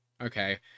okay